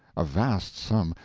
a vast sum,